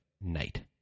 night